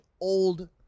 old